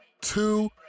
two